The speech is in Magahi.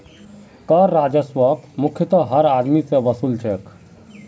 कर राजस्वक मुख्यतयः हर आदमी स वसू ल छेक